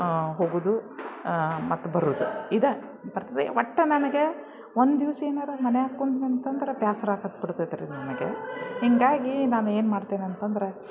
ಹೋಗುವುದು ಮತ್ತೆ ಬರುವುದು ಇದೇ ಬರ್ತದೆ ಒಟ್ಟು ನನಗೆ ಒಂದು ದಿವ್ಸ ಏನಾರೂ ಮನ್ಯಾಗ ಕುಂತ್ನಂತಂದ್ರೆ ಬೇಸ್ರ ಆಗತ್ ಬಿಡ್ತೈತ್ರಿ ನನ್ಗೆ ಹೀಗಾಗಿ ನಾನೇನು ಮಾಡ್ತೀನಂತಂದ್ರೆ